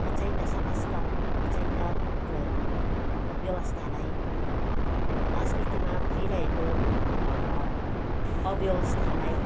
अचाहिँदा समाजका अचाहिँदा कुरोहरू व्यवस्थालाई राजनीतिमा भइरहेको अव्यवस्थालाई